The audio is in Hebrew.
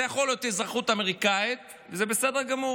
זה יכול להיות אזרחות אמריקאית, זה בסדר גמור,